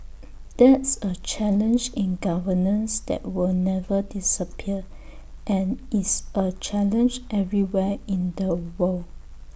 that's A challenge in governance that will never disappear and is A challenge everywhere in the world